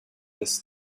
this